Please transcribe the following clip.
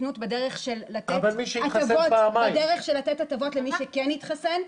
התחסנות בדרך של לתת הטבות למי שכן התחסן,